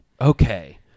okay